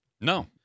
no